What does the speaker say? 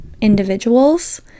individuals